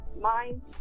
mind